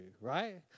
right